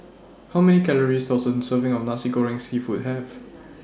How Many Calories Does A Serving of Nasi Goreng Seafood Have